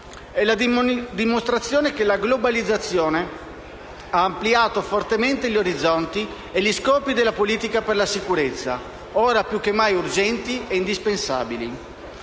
È la dimostrazione che la globalizzazione ha ampliato fortemente gli orizzonti e gli scopi della politica per la sicurezza, ora più che mai urgenti e indispensabili.